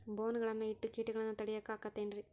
ಬೋನ್ ಗಳನ್ನ ಇಟ್ಟ ಕೇಟಗಳನ್ನು ತಡಿಯಾಕ್ ಆಕ್ಕೇತೇನ್ರಿ?